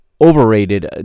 overrated